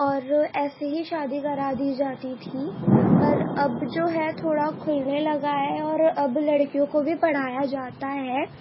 اور ایسے ہی شادی کرادی جاتی تھی پر اب جو ہے تھوڑا کھلنے لگا ہے اور اب لڑکیوں کو بھی پڑھایا جاتا ہے